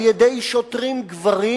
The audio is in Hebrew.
על-ידי שוטרים גברים,